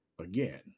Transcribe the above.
Again